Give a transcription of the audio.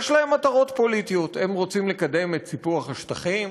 יש להם מטרות פוליטיות: הם רוצים לקדם את סיפוח השטחים.